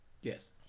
Yes